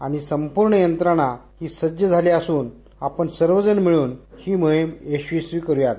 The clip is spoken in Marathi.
आणि संपूर्ण यंत्रणा ही सज्ज झाली असून आपण सर्वजण मिळून ही मोहिम यशस्वी करुयात